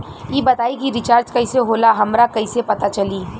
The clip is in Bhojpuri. ई बताई कि रिचार्ज कइसे होला हमरा कइसे पता चली?